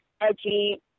edgy